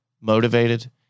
motivated